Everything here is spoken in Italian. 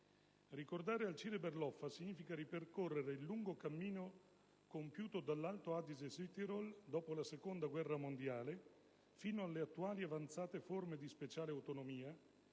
Ricordare Alcide Berloffa significa ripercorrere il lungo cammino compiuto dall'Alto Adige/Südtirol dopo la seconda guerra mondiale, fino alle attuali avanzate forme di speciale autonomia